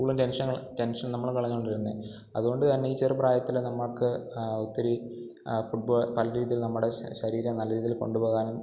കൂടുതലും ടെൻഷൻങ്ങൾ ടെൻഷൻ നമ്മൾ കളഞ്ഞു കൊണ്ടിരുന്നത് അതു കൊണ്ടു തന്നെ ഈ ചെറു പ്രായത്തിൽ നമ്മൾക്ക് ഒത്തിരി ഫുട് ബോൾ പല രീതിയിൽ നമ്മുടെ ശരീരം നല്ല രീതിയിൽ കൊണ്ടു പോകാനും